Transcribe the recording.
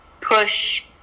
push